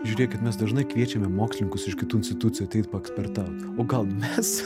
žiūrėkit mes dažnai kviečiame mokslininkus iš kitų institucijų ateit paeskspertaut o gal mes